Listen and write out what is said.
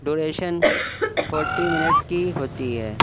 duration forty minute کی ہوتی ہے